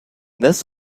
this